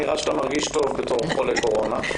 נראה שאתה מרגיש טוב בתור חולה קורונה.